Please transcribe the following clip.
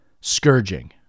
scourging